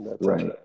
right